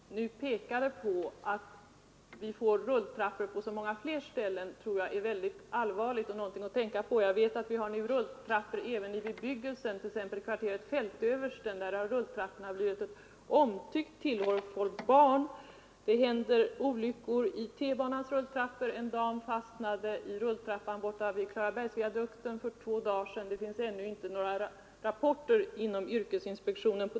Herr talman! Jag tror att statsrådet och jag är överens om att någonting måste göras. Just det förhållande som statsrådet nu pekade på, nämligen att vi får rulltrappor på så många fler ställen, är allvarligt och någonting att tänka på. Vi har nu rulltrappor även inom bostadsbebyggelsen. Jag vet att rulltrapporna i Fältöversten är ett omtyckt tillhåll för barn. Olyckor inträffar även i tunnelbanerulltrapporna. För två dagar sedan fastnade en dam i rulltrappan vid Klarabergsviadukten. Om den olyckan finns ännu ingen rapport hos yrkesinspektionen.